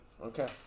Okay